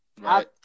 Right